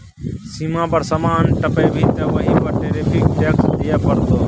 सीमा पर समान टपेभी तँ ओहि पर टैरिफ टैक्स दिअ पड़तौ